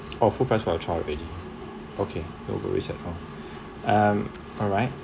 oh full price for a child already okay no worries at all um alright